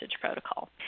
protocol